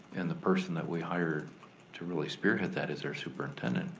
and the person that we hire to really spearhead that is our superintendent,